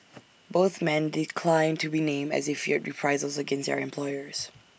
both men declined to be named as they feared reprisals against their employers